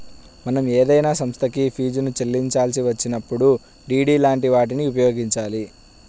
మనం ఏదైనా సంస్థకి ఫీజుని చెల్లించాల్సి వచ్చినప్పుడు డి.డి లాంటి వాటిని ఉపయోగించాలి